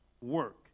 Work